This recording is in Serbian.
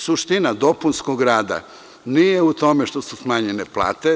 Suština dopunskog rada nije u tome što su smanjene plate.